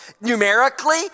numerically